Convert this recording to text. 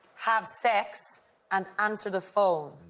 have sex and answer the phone.